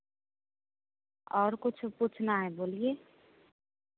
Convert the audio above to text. और कुछ पूछना है बोलिए